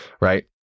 right